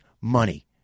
money